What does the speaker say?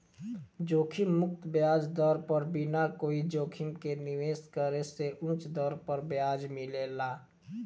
जोखिम मुक्त ब्याज दर पर बिना कोई जोखिम के निवेश करे से उच दर पर ब्याज मिलेला